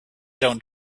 dont